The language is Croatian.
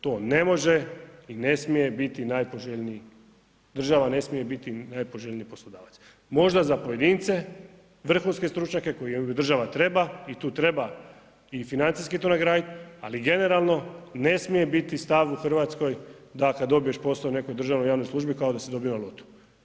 To ne može i ne smije biti najpoželjniji, država ne smije biti najpoželjniji poslodavac, možda za pojedince, vrhunske stručnjake koje država treba i tu treba i financijski to nagradit ali generalno, ne smije biti stav u Hrvatskoj da kad dobiješ posao u nekoj državnoj ili javnoj službi, kao da si dobio na lotu.